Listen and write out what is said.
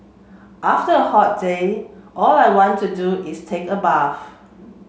after a hot day all I want to do is take a bath